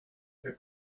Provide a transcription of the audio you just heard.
fait